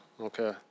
Okay